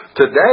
today